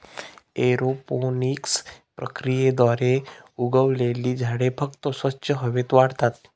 aeroponics प्रक्रियेद्वारे उगवलेली झाडे फक्त स्वच्छ हवेत वाढतात